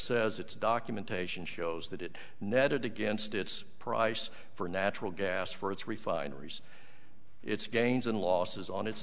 says it's documentation shows that it netted against its price for natural gas for its refineries its gains and losses on